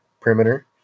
perimeter